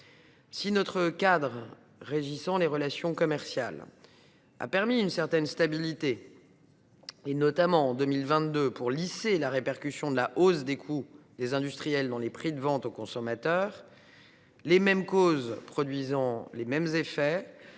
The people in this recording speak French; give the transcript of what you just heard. Si le cadre régissant les relations commerciales en France a permis une certaine stabilité, avec notamment en 2022 un lissage de la répercussion de la hausse des coûts des industriels sur les prix de vente aux consommateurs, les mêmes causes produisant les mêmes effets,